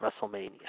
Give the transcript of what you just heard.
WrestleMania